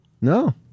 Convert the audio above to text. No